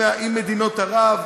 עם מדינות ערב,